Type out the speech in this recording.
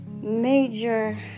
major